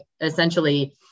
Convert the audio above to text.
essentially